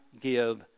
give